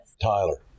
Tyler